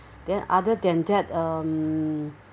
then other than that um